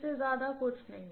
इससे ज्यादा कुछ नहीं